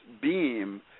beam